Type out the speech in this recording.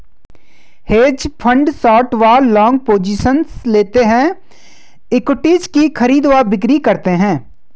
hedge fund short व long positions लेते हैं, इक्विटीज की खरीद व बिक्री करते हैं